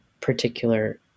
particular